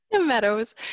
meadows